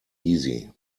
easy